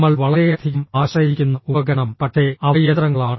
നമ്മൾ വളരെയധികം ആശ്രയിക്കുന്ന ഉപകരണം പക്ഷേ അവ യന്ത്രങ്ങളാണ്